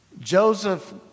Joseph